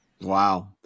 Wow